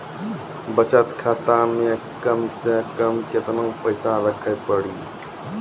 बचत खाता मे कम से कम केतना पैसा रखे पड़ी?